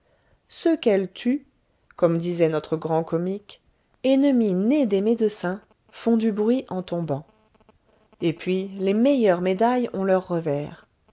ceux qu'elle tue comme disait notre grand comique ennemi né des médecins font du bruit en tombant et puis les meilleures médailles ont leur revers